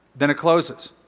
then it closes.